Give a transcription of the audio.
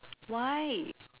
why